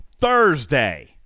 Thursday